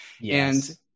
Yes